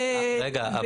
רגע.